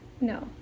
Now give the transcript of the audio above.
No